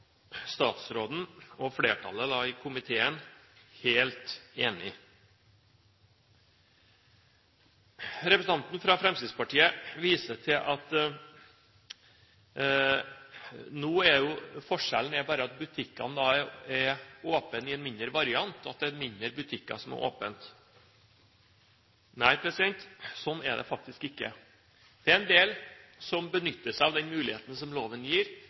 flertallet i komiteen helt enige. Representanten fra Fremskrittspartiet viser til at nå er forskjellen bare at butikker i en mindre variant er åpne; det er små butikker som er åpne. Nei, sånn er det faktisk ikke. Det er en del som benytter seg av den muligheten som loven gir